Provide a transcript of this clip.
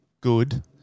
good